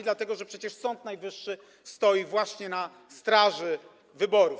Dlatego że przecież Sąd Najwyższy stoi właśnie na straży wyborów.